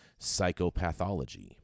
psychopathology